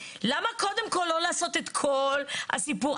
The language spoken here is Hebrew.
למה קודם כל לא לעשות את כל הסיפור.